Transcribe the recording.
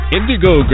Indigo